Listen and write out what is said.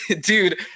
dude